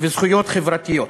וזכויות חברתיות.